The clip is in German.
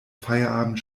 feierabend